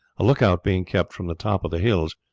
a look-out being kept from the top of the hills,